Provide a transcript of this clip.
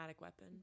weapon